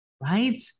right